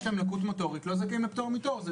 להם לקות מוטורית לא זכאים לפטור מתור.